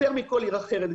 יותר מכל עיר אחרת,